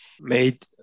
made